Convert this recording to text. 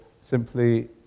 simply